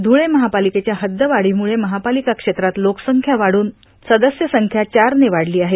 ध्रुळे महापालिकेच्या हद्दवाढीमुळे महापालिका क्षेत्रात लोकसंख्या वाढ होवून सदस्य संख्या चार ने वाढली आहे